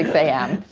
ah a m.